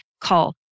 call